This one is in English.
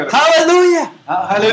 hallelujah